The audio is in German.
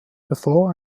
bevor